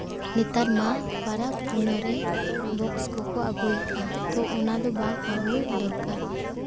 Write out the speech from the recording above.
ᱱᱮᱛᱟᱨ ᱢᱟ ᱯᱚᱨᱚᱵᱽ ᱯᱩᱱᱟᱹᱭ ᱨᱮ ᱵᱚᱠᱥ ᱠᱚᱠᱚ ᱟᱹᱜᱩᱭᱮᱫᱼᱟ ᱛᱚ ᱚᱱᱟ ᱫᱚ ᱵᱟᱝ ᱟᱹᱜᱩ ᱫᱚᱨᱠᱟᱨ